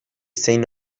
zein